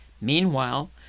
Meanwhile